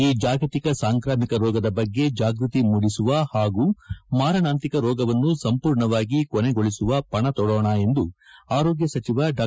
ಈ ಜಾಗತಿಕ ಸಾಂಕ್ರಾಮಿಕ ರೋಗದ ಬಗ್ಗೆ ಜಾಗೃತಿ ಮೂಡಿಸುವ ಹಾಗೂ ಮಾರಣಾಂತಿಕ ರೋಗವನ್ನು ಸಂಪೂರ್ಣವಾಗಿ ಕೊನೆಗೊಳಿಸುವ ಪಣ ತೊಡೋಣ ಎಂದು ಆರೋಗ್ಯ ಸಚಿವ ಡಾ